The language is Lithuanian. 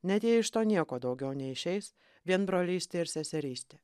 net jei iš to nieko daugiau neišeis vien brolystė ir seserystė